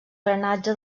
drenatge